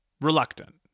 reluctant